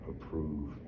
approve